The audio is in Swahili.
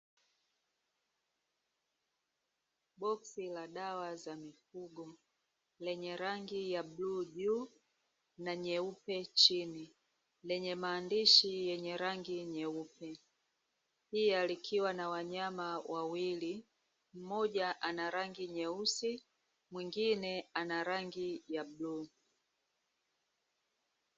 Boksi la dawa za mifugo lenye rangi ya bluu juu na nyeupe chini, lenye maandishi yenye rangi nyeupe. Pia likiwa na wanyama wawili, mmoja ana rangi nyeusi mwengine ana rangi ya bluu.